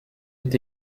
est